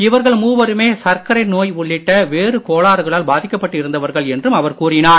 இவர்கள் மூவருமே சர்க்கரை நோய் உள்ளிட்ட வேறு கோளாறுகளால் பாதிக்கப்பட்டு இருந்தவர்கள் என்றும் அவர் கூறினார்